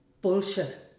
bullshit